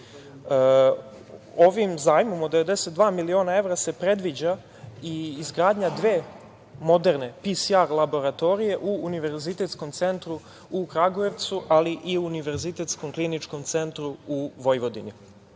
Ovim zajmom od 92 miliona evra se predviđa i izgradnja dve moderne PCR laboratorije u Univerzitetskom centu u Kragujevcu, ali i Univerzitetskom kliničkom centru u Vojvodini. Takođe,